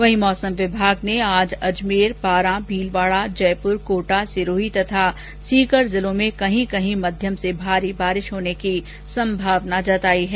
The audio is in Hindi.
वहीं मौसम विभाग ने आज अजमेर बारा भीलवाडा जयप्र कोटा सिरोही तथा सीकर जिलों में कहीं कहीं मध्यम से भारी वर्षा होने की संभावना जताई है